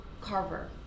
Carver